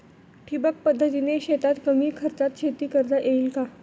ठिबक पद्धतीने शेतात कमी खर्चात शेती करता येईल का?